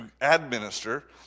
administer